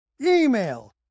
email